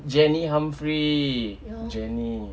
jenny humphrey jenny